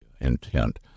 intent